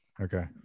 okay